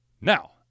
Now